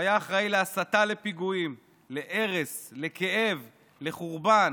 שהיה אחראי להסתה לפיגועים, להרס, לכאב, לחורבן,